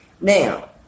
Now